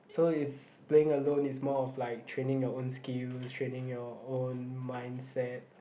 so is playing alone is more of like training your own skills training your own mindset